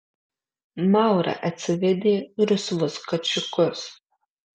maura atsivedė rusvus kačiukus